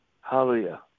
Hallelujah